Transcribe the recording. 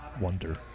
Wonder